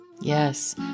Yes